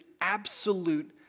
absolute